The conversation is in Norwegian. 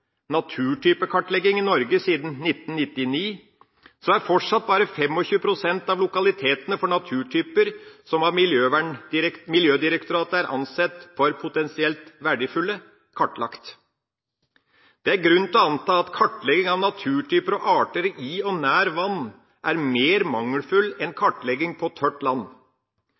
naturtypekartlegging i Norge siden 1999, er fortsatt bare 25 pst. av lokalitetene for naturtyper som av Miljødirektoratet er ansett som potensielt verdifulle, kartlagt. Det er grunn til å anta at kartlegging av naturtyper og arter i og nær vann er mer mangelfull enn kartlegging på tørt land.